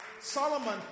Solomon